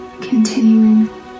continuing